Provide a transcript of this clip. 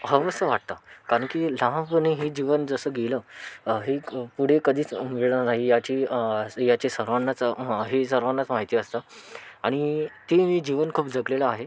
हवंसं वाटतं कारण की लहानपणी हे जीवन जसं गेलं हे पुढे कधीच मिळणार नाही याची अं याची सर्वांनाच हे सर्वांनाच माहिती असतं आणि ते मी जीवन खूप जगलेलं आहे